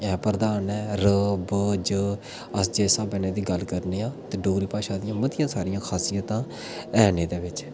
ऐ प्रधान ऐ अस इस स्हाबै नै गल्ल करनें आं ते डोगरी भाशा दियां मतियां सारियां खासियतां हैन एह्दे च